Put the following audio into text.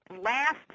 last